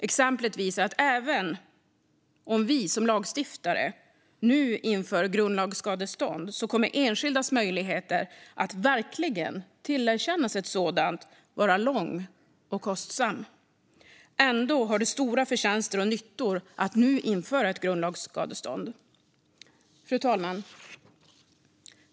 Exemplet visar att även om vi som lagstiftare nu inför grundlagsskadestånd kommer enskildas möjligheter att verkligen tillerkännas ett sådant att vara förknippade med en lång och kostsam process. Ändå har det stora förtjänster och nyttor att nu införa ett grundlagsskadestånd. Fru talman!